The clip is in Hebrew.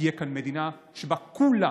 תהיה כאן מדינה שבה כולם